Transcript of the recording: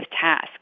task